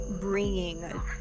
bringing